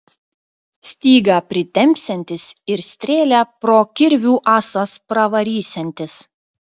stygą pritempsiantis ir strėlę pro kirvių ąsas pravarysiantis